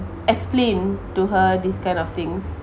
explain to her this kind of things